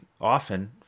often